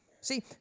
See